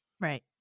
Right